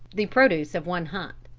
the produce of one hunt.